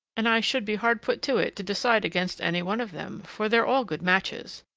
and i should be hard put to it to decide against any one of them, for they're all good matches.